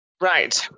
Right